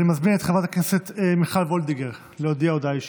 אני מזמין את חברת הכנסת מיכל וולדיגר להודיע הודעה אישית.